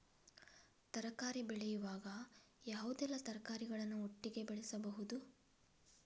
ತರಕಾರಿ ಬೆಳೆಯುವಾಗ ಯಾವುದೆಲ್ಲ ತರಕಾರಿಗಳನ್ನು ಒಟ್ಟಿಗೆ ಬೆಳೆಸಬಹುದು?